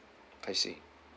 I see